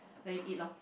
let you eat loh